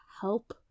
help